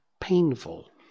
painful